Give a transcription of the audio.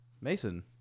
mason